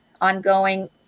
ongoing